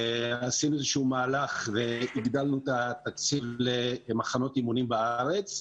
עשינו איזה מהלך והגדלנו את התקציב למחנות אימונים בארץ,